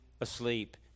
asleep